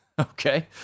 Okay